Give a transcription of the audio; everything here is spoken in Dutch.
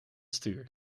stuur